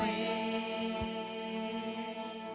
a